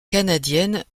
canadiennes